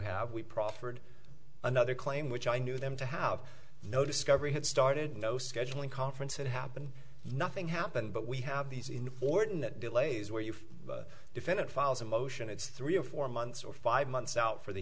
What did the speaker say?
have we proffered another claim which i knew them to have no discovery had started no scheduling conference it happened nothing happened but we have these in ordinate delays where you've defended files a motion it's three or four months or five months out for the